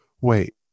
wait